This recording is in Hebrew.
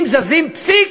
אם זזים פסיק,